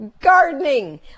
gardening